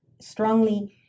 strongly